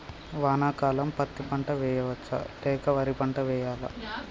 వానాకాలం పత్తి పంట వేయవచ్చ లేక వరి పంట వేయాలా?